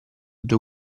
due